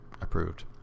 approved